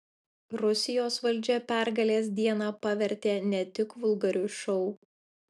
rusijos valdžia pergalės dieną pavertė ne tik vulgariu šou